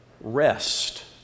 rest